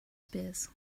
spears